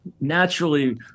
naturally